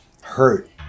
hurt